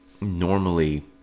normally